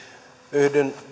yhdyn